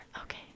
Okay